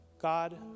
God